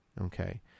okay